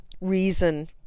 reason